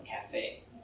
cafe